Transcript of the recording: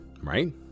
right